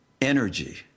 energy